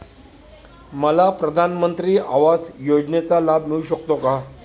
मला प्रधानमंत्री आवास योजनेचा लाभ मिळू शकतो का?